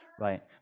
right